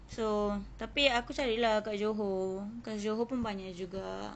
so tapi aku cari lah kat johor kat johor pun banyak juga